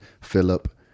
philip